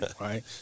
Right